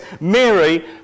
Mary